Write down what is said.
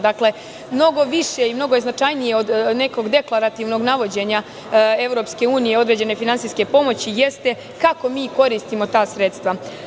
Dakle, mnogo više i mnogo značajnije od nekog deklarativnog navođenja EU određene finansijske pomoći jeste kako mi koristimo ta sredstva.